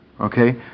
okay